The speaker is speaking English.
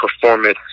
performance